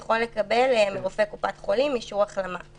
יכול לקבל מרופא קופת חולים אישור החלמה.